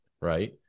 right